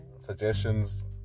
suggestions